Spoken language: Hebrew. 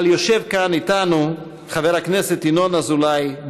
אבל יושב כאן איתנו חבר הכנסת ינון אזולאי,